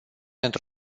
într